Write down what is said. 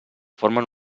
formen